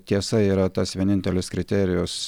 tiesa yra tas vienintelis kriterijus